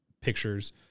pictures